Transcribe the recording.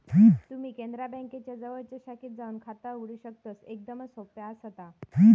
तुम्ही कॅनरा बँकेच्या जवळच्या शाखेत जाऊन खाता उघडू शकतस, एकदमच सोप्या आसा ता